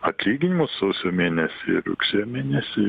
atlyginimus sausio mėnesį ir rugsėjo mėnesį